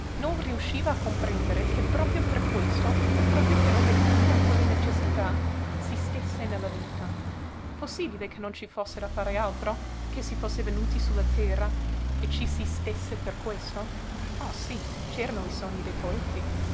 non riusciva a comprendere che proprio per questo proprio per obbedire a quelle necessità si stésse nella vita possibile che non ci fosse da fare altro che si fosse venuti su la terra e ci si stésse per questo oh sí c'erano i sogni dei poeti